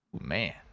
Man